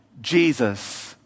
Jesus